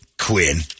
Quinn